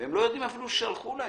ששלחו להם.